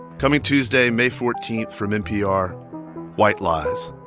coming tuesday, may fourteen, from npr white lies